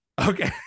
Okay